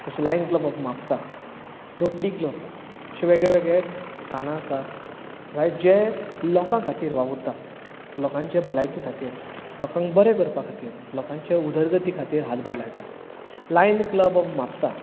जशें Lions Club of Mapusa Rotary Club अशे वेगळे वेगळे स्थाना आसात आनी जे लोकां खातीर वावुरता लोकांचे भलायके खातीर लोकांक बरें करपा खातीर लोकांच्या उदरगती खातीर हातभार लायतात लायन क्लब ऑफ म्हापसा